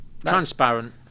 transparent